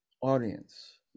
audience